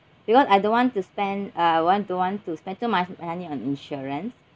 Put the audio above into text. because I don't want to spend uh want don't want to spend too much money on insurance